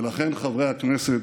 ולכן, חברי הכנסת,